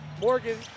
Morgan